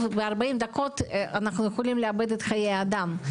וב-40 דקות אנחנו יכולים לאבד את חיי האדם.